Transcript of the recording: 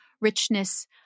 richness